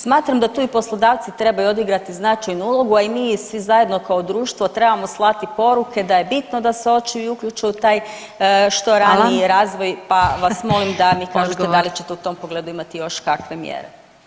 Smatram da tu i poslodavci trebaju odigrati značajnu ulogu, a i mi i svi zajedno kao društvo trebamo slati poruke da je bitno da se očevi uključe u taj što raniji razvoj [[Upadica: Hvala.]] pa vas molim da mi kažete [[Upadica: Odgovor.]] da li ćete u tom pogledu imati još kakve mjere?